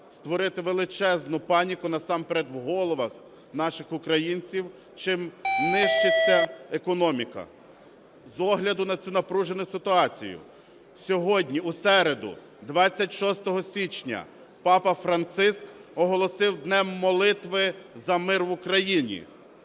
створити величезну паніку насамперед в головах наших українців, чим нищиться економіка. З огляду на цю напружену ситуацію сьогодні, у середу, 26 січня Папа Франциск оголосив днем молитви за мир в Україні.